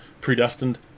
predestined